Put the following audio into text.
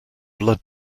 blood